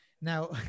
now